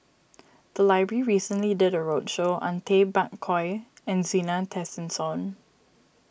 the library recently did a roadshow on Tay Bak Koi and Zena Tessensohn